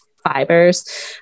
fibers